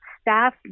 staff